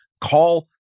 call